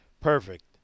perfect